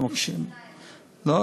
לא.